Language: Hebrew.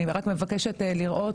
אני רק מבקשת לראות,